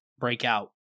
breakout